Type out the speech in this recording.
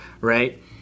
right